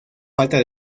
falta